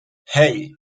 hey